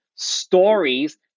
stories